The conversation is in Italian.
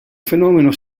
fenomeno